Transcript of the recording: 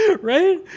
Right